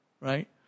right